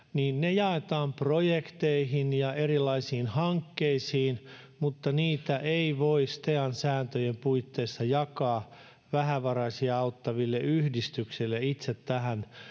jaetaan projekteihin ja erilaisiin hankkeisiin mutta niitä ei voi stean sääntöjen puitteissa jakaa vähävaraisia auttaville yhdistyksille itse tähän